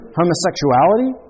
homosexuality